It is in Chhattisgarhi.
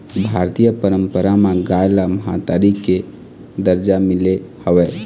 भारतीय पंरपरा म गाय ल महतारी के दरजा मिले हवय